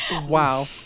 Wow